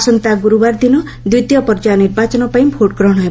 ଆସନ୍ତା ଗୁରୁବାର ଦିନ ଦ୍ୱିତୀୟ ପର୍ଯ୍ୟାୟ ନିର୍ବାଚନ ପାଇଁ ଭୋଟ୍ଗ୍ରହଣ ହେବ